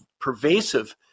pervasive